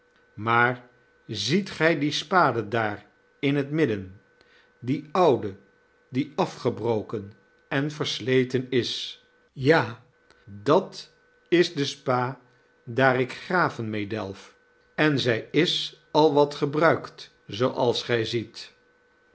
maar ziet gij die spade daar in het midden die oude die afgebroken en versleten is ja dat is de spa daar ik graven mee delf en zij is al wat gebruikt zooals gij ziet